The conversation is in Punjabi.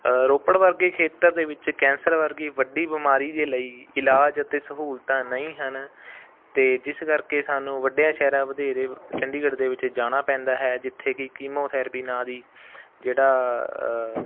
ਰੋਪੜ ਵਰਗੇ ਖੇਤਰ ਦੇ ਵਿੱਚ ਕੈਂਸਰ ਵਰਗੀ ਵੱਡੀ ਬਿਮਾਰੀ ਦੇ ਲਈ ਇਲਾਜ ਅਤੇ ਸਹੂਲਤਾਂ ਨਹੀਂ ਹਨ ਅਤੇ ਜਿਸ ਕਰਕੇ ਸਾਨੂੰ ਵੱਡਿਆਂ ਸ਼ਹਿਰਾਂ ਵਧੇਰੇ ਚੰਡੀਗੜ੍ਹ ਦੇ ਵਿੱਚ ਜਾਣਾ ਪੈਂਦਾ ਹੈ ਜਿੱਥੇ ਕਿ ਕੀਮੋਥੇਰੈਪੀ ਨਾਂ ਦੀ ਜਿਹੜਾ